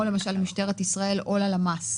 כמו למשל משטרת ישראל או למ"ס.